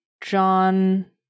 John